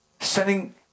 sending